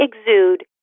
exude